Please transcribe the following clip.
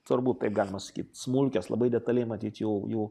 turbūt taip galima sakyt smulkias labai detaliai matyt jau jų